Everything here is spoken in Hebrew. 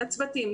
לצוותים,